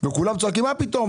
כולם צועקים: מה פתאום?